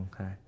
Okay